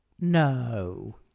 No